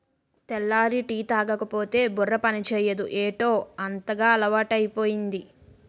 తెల్లారి టీ తాగకపోతే బుర్ర పనిచేయదు ఏటౌ అంతగా అలవాటైపోయింది